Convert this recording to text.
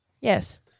Yes